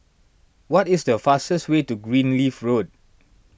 what is the fastest way to Greenleaf Road